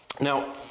Now